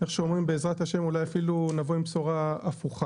איך שאומרים בעזרת השם אולי אפילו נבוא עם בשורה הפוכה.